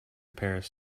paris